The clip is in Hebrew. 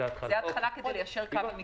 כדי ליישר קו.